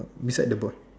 beside the boy